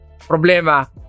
Problema